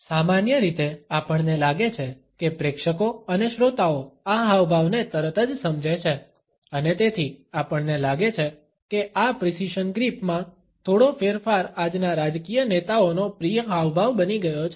સામાન્ય રીતે આપણને લાગે છે કે પ્રેક્ષકો અને શ્રોતાઓ આ હાવભાવને તરત જ સમજે છે અને તેથી આપણને લાગે છે કે આ પ્રિસિશન ગ્રીપ માં થોડો ફેરફાર આજના રાજકીય નેતાઓનો પ્રિય હાવભાવ બની ગયો છે